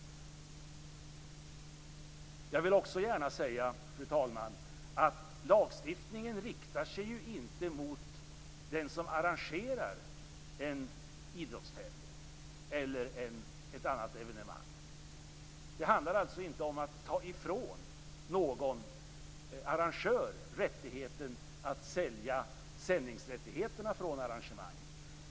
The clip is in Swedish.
Jag vill också säga, fru talman, att lagstiftningen inte riktar sig mot den som arrangerar en idrottstävling eller ett annat evenemang. Det handlar alltså inte om att ta ifrån någon arrangör befogenheten att sälja rätten till sändning från arrangemanget.